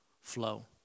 flow